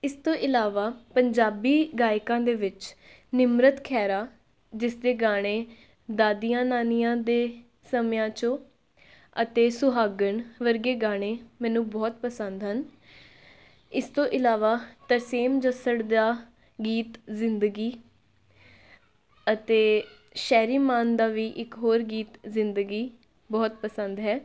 ਇਸ ਤੋਂ ਇਲਾਵਾ ਪੰਜਾਬੀ ਗਾਇਕਾਂ ਦੇ ਵਿੱਚ ਨਿਮਰਤ ਖਹਿਰਾ ਜਿਸ ਦੇ ਗਾਣੇ ਦਾਦੀਆਂ ਨਾਨੀਆਂ ਦੇ ਸਮਿਆਂ 'ਚੋਂ ਅਤੇ ਸੁਹਾਗਣ ਵਰਗੇ ਗਾਣੇ ਮੈਨੂੰ ਬਹੁਤ ਪਸੰਦ ਹਨ ਇਸ ਤੋਂ ਇਲਾਵਾ ਤਰਸੇਮ ਜੱਸੜ ਦਾ ਗੀਤ ਜ਼ਿੰਦਗੀ ਅਤੇ ਸ਼ੈਰੀ ਮਾਨ ਦਾ ਵੀ ਇੱਕ ਹੋਰ ਗੀਤ ਜ਼ਿੰਦਗੀ ਬਹੁਤ ਪਸੰਦ ਹੈ